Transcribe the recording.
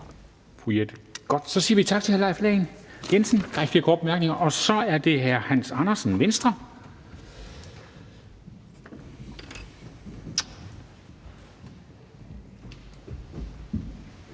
Så siger vi tak til hr. Leif Lahn Jensen. Der er ikke flere korte bemærkninger. Og så er det Hans Andersen, Venstre.